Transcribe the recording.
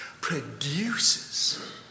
produces